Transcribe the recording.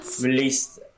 released